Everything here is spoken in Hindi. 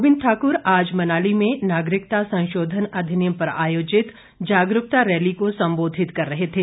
गोविंद ठाक्र आज मनाली में नागरिकता संशोधन अधिनियम पर आयोजित जागरूकता रैली को सम्बोधित कर रहे थे